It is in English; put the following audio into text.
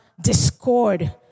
discord